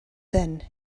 then